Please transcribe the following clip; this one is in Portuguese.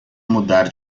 mudar